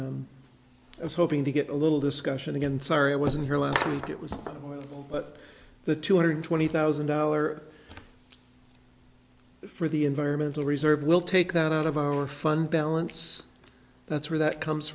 n i was hoping to get a little discussion again sorry i wasn't here last week it was but the two hundred twenty thousand dollar for the environmental reserve we'll take that out of our fund balance that's where that comes